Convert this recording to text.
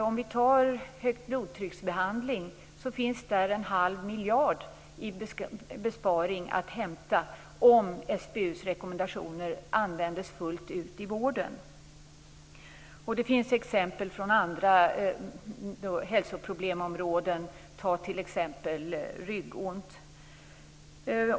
När det gäller behandlingen av högt blodtryck finns det en halv miljard i besparing att hämta om SBU:s rekommendationer används fullt ut i vården. Det finns exempel även från andra hälsoproblemområden, t.ex. ryggont.